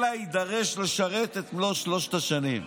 אלא יידרש לשרת את מלוא שלוש השנים".